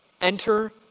Enter